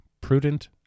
prudent